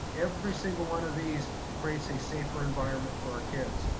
every single one of these creates a safer environment for our kids.